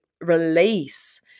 release